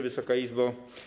Wysoka Izbo!